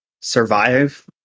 survive